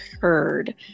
heard